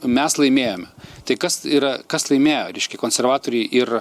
mes laimėjome tai kas yra kas laimėjo reiškia konservatoriai ir